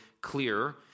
clear